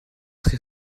très